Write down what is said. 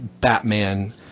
Batman